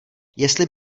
jestli